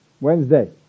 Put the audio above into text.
Wednesday